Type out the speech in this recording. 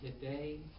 today